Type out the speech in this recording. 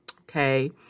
okay